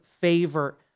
favor